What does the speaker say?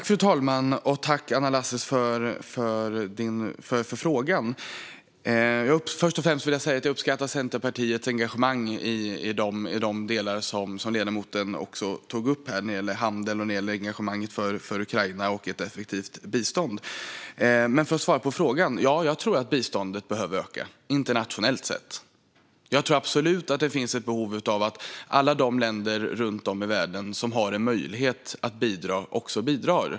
Fru talman! Först och främst vill jag säga att jag uppskattar Centerpartiets engagemang för handel, Ukraina och ett effektivt bistånd. För att svara på frågan: Ja, jag tror att biståndet behöver öka internationellt sett. Det finns absolut ett behov av att alla de länder runt om i världen som har möjlighet att bidra också bidrar.